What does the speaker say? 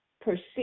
perceive